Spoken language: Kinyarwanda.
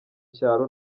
cyaro